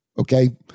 Okay